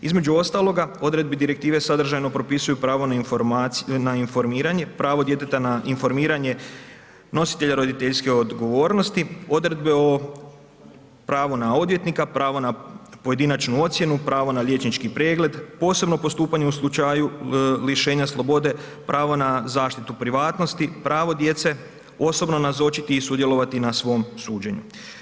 Između ostaloga, odredbe direktive sadržajno propisuju pravo na informiranje, pravo djeteta na informiranje nositelja roditeljske odgovornost, odredbi o pravu na odvjetnika, pravu na pojedinačnu ocjenu, pravo na liječnički pregled, posebno postupanje u slučaju lišenja slobode, pravo na zaštitu privatnosti, pravo djece, osobno nazočiti i sudjelovati na svom suđenju.